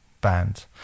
band